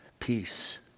Peace